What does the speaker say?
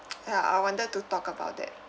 ya I wanted to talk about that